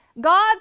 God